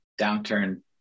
downturn